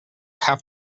have